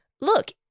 look